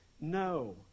No